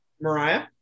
Mariah